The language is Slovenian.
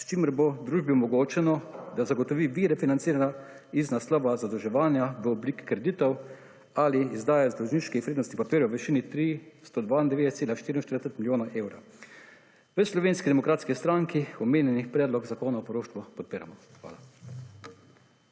s čimer bo družbi omogočeno, da zagotovi vire financiranja iz naslova zadolževanja v obliki kreditov ali izdaje dolžniških vrednostnih papirjev v višini 392,44 milijona evrov. V Slovenski demokratski stranki omenjeni predlog zakona o poroštvu podpiramo. Hvala.